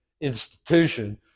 institution